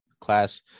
class